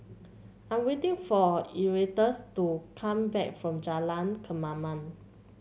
I'm waiting for Erastus to come back from Jalan Kemaman